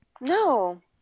No